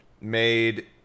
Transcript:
made